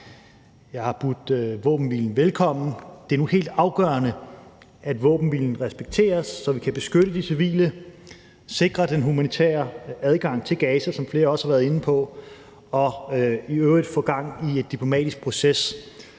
Jeg har budt våbenhvilen velkommen. Det er nu helt afgørende, at våbenhvilen respekteres, så vi kan beskytte de civile, sikre den humanitære adgang til Gaza, som flere også har været inde på, og i øvrigt få gang i en diplomatisk proces.